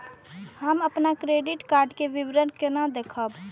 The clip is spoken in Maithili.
हम अपन क्रेडिट कार्ड के विवरण केना देखब?